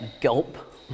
gulp